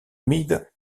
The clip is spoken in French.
humides